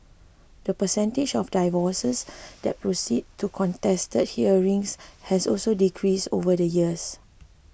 the percentage of divorces that proceed to contested hearings has also decreased over the years